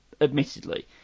admittedly